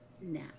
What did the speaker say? Now